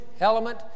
element